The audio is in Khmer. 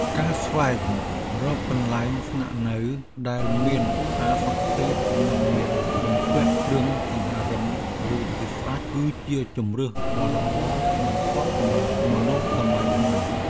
ការស្វែងរកកន្លែងស្នាក់នៅដែលមានផាសុកភាពនិងមានបំពាក់គ្រឿងសង្ហារិមរួចជាស្រេច គឺជាជម្រើសដ៏ល្អបំផុតសម្រាប់មនុស្សសម័យថ្មី។